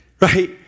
Right